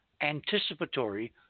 anticipatory